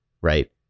Right